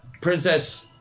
princess